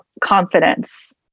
confidence